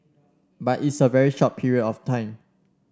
but it's a very short period of time